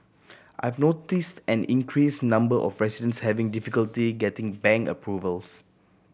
I've noticed an increase number of residents having difficulty getting bank approvals